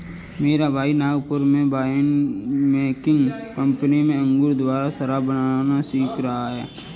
मेरा भाई नागपुर के वाइन मेकिंग कंपनी में अंगूर द्वारा शराब बनाना सीख रहा है